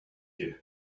you